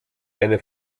eine